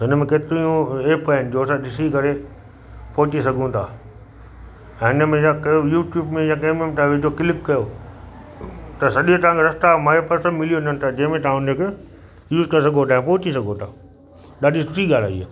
त हुन में केतिरियूं एप आहिनि जो असां ॾिसी करे पहुची सघूं था हिन में छा कहिड़ो बि यूट्यूब में या कंहिं में ब तव्हां विझो क्लिक कयो त सॼे टाइम रस्ता मेप तव्हां सभु मिली वेंदा आहिनि त जंहिं में तव्हां हुनखे यूज़ करे सघो था ऐं पहुची सघो था ॾाढी सुठी ॻाल्हि आहे इअं